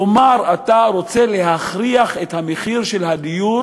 כלומר אתה רוצה להכריח את המחיר של הדיור